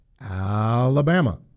Alabama